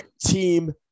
team